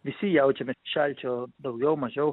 visi jaučiame šalčio daugiau mažiau